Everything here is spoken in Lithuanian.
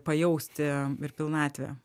pajausti ir pilnatvę